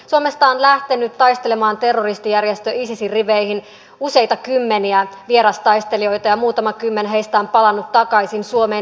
suomesta on lähtenyt taistelemaan terroristijärjestö isisin riveihin useita kymmeniä vierastaistelijoita ja muutama kymmen heistä on palannut takaisin suomeen